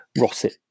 Rosset